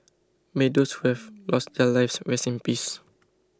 may those who have lost their lives rest in peace